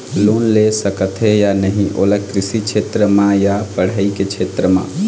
Loan ले सकथे या नहीं ओला कृषि क्षेत्र मा या पढ़ई के क्षेत्र मा?